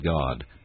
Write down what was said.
God